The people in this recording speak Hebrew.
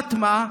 תמורת מה?